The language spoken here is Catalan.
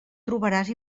trobaràs